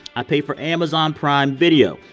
i pay for amazon prime video.